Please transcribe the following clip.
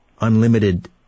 unlimited